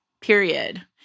period